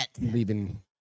Leaving